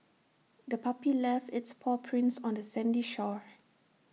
the puppy left its paw prints on the sandy shore